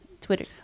Twitter